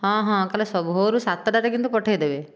ହଁ ହଁ କାଲି ସବୁ ଭୋରରୁ ସାତଟାରେ କିନ୍ତୁ ପଠେଇଦେବେ